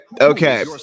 okay